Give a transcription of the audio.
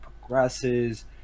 progresses